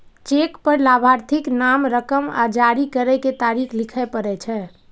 cheque पर लाभार्थीक नाम, रकम आ जारी करै के तारीख लिखय पड़ै छै